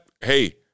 hey